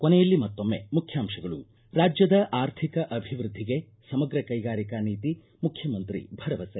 ಕೊನೆಯಲ್ಲಿ ಮತ್ತೊಮ್ಮೆ ಮುಖ್ಯಾಂಶಗಳು ರಾಜ್ಯದ ಆರ್ಥಿಕ ಅಭಿವೃದ್ದಿಗೆ ಸಮಗ್ರ ಕೈಗಾರಿಕಾ ನೀತಿ ಮುಖ್ಯಮಂತ್ರಿ ಭರವಸೆ